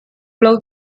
plou